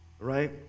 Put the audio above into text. Right